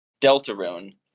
Deltarune